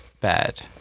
bad